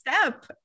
step